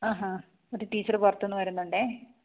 ആ ഹാ ഒരു ടീച്ചറ് പുറത്തുന്നു വരുന്നുണ്ടെ